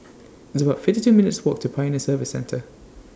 It's about fifty two minutes' Walk to Pioneer Service Centre